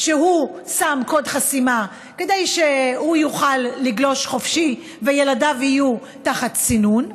שהוא שם קוד חסימה כדי שהוא יוכל לגלוש חופשי וילדיו יהיו תחת סינון,